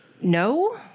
No